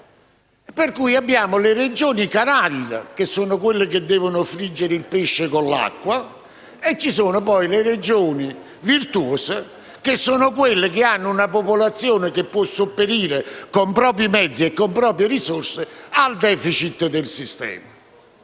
per cui abbiamo le Regioni canaglia, che sono quelle che devono friggere il pesce con l'acqua, e le Regioni virtuose, la cui popolazione può sopperire con propri mezzi e con proprie risorse al *deficit* del sistema.